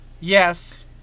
Yes